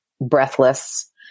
breathless